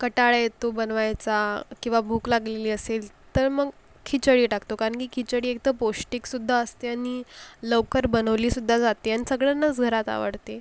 कंटाळा येतो बनवायचा किंवा भूक लागलेली असेल तर मग खिचडी टाकतो कारण की खिचडी एकतर पौष्टिकसुद्धा असते आणि लवकर बनवली सुद्धा जाते अन् सगळ्यांनाच घरात आवडते